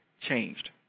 changed